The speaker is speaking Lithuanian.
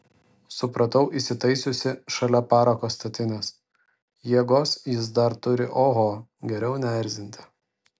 supratau įsitaisiusi šalia parako statinės jėgos jis dar turi oho geriau neerzinti